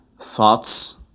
thoughts